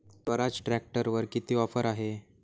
स्वराज ट्रॅक्टरवर किती ऑफर आहे?